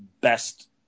best